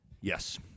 Yes